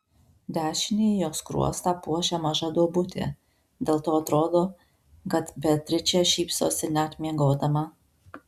dešinįjį jos skruostą puošia maža duobutė dėl to atrodo kad beatričė šypsosi net miegodama